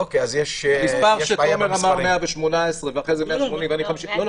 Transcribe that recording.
המספר שתומר אמר הוא 118 ואחרי זה 180 -- לא,